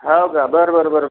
हो का बरं बरं बरं